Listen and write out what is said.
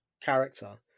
character